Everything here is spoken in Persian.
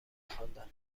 خواندم